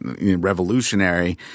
revolutionary